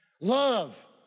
Love